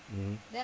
mmhmm